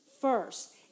first